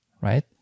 right